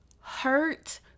hurt